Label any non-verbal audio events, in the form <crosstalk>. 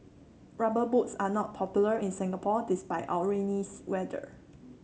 rubber boots are not popular in Singapore despite our rainy <unintelligible> weather